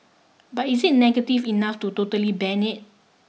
but is it negative enough to totally ban it